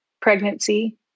pregnancy